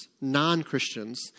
non-Christians